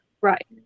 right